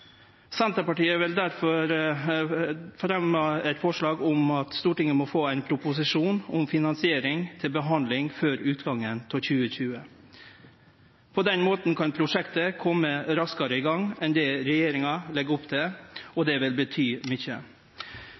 Senterpartiet vil difor fremje eit forslag om at Stortinget må få ein proposisjon om finansiering til behandling før utgangen av 2020. På den måten kan prosjektet kome raskare i gang enn det regjeringa legg opp til, og det vil bety mykje.